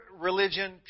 religion